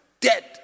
dead